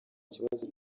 ikibazo